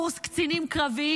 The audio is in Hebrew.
קורס קצינים קרביים.